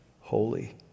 holy